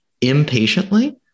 impatiently